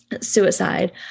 suicide